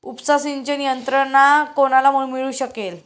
उपसा सिंचन यंत्रणा कोणाला मिळू शकेल?